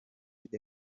the